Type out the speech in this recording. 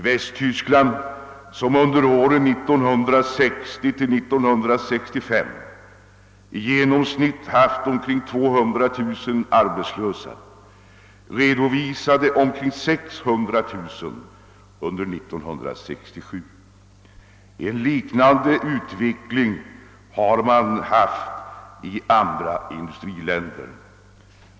Västtyskland, som under åren 1960—1965 i genomsnitt haft omkring 200000 arbetslösa, redovisade cirka 600 000 under 1967. En liknande utveckling har man haft i andra industriländer.